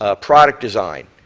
ah product design,